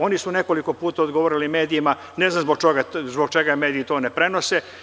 Oni su nekoliko puta odgovorili medijima, ne znam zbog čega mediji to ne prenose.